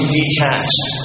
detached